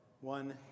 one